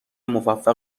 موفق